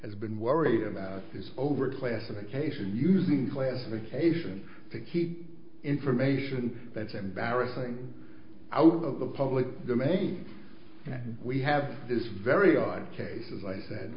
has been worried about this overclassification using classification to keep information that's embarrassing out of the public domain and we have this very odd case as i said